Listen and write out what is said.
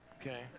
okay